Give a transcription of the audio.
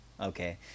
okay